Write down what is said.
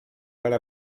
para